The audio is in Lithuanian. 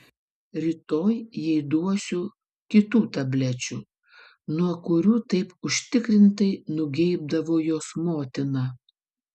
rytoj jai duosiu kitų tablečių nuo kurių taip užtikrintai nugeibdavo jos motina